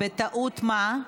בעד,